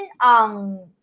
on